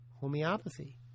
Homeopathy